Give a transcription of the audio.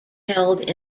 held